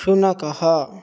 शुनकः